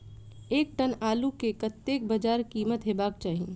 एक टन आलु केँ कतेक बजार कीमत हेबाक चाहि?